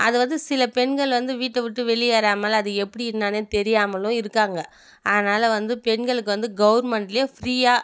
அது வந்து சில பெண்கள் வந்து வீட்டை விட்டு வெளியேறாமல் அது எப்படி இருந்தாங்கன்னே தெரியாமலும் இருக்காங்க அதனால் வந்து பெண்களுக்கு வந்து கவுன்மெண்ட்லேயும் ஃப்ரியாக